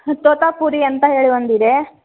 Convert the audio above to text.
ತೋತಾಪುರಿ ಅಂತ ಹೇಳಿ ಒಂದು ಇದೆ